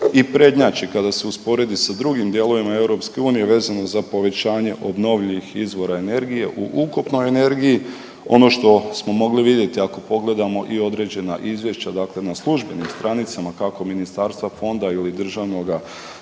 i prednjači kada se usporedi sa drugim dijelovima EU vezano za povećanje obnovljivih izvora energije u ukupnoj energiji. Ono što smo mogli vidjeti, ako pogledamo i određena izvješća, dakle na službenim stranicama, kako ministarstva, fonda ili državnoga zavoda,